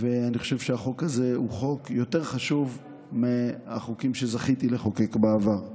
ואני חושב שהחוק הזה הוא חוק יותר חשוב מהחוקים שזכיתי לחוקק בעבר.